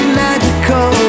magical